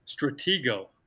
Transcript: stratego